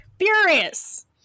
Furious